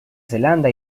zelanda